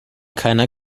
keiner